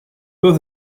both